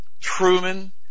Truman